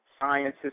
scientists